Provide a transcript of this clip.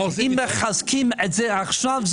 אם מחזקים אותה עכשיו,